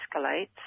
escalates